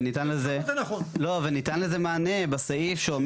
וניתן לזה מענה בסעיף.